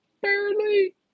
barely